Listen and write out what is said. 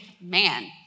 man